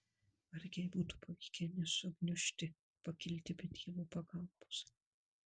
vargiai būtų pavykę nesugniužti ir pakilti be dievo pagalbos